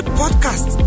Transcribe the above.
podcast